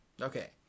Okay